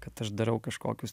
kad aš darau kažkokius